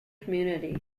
community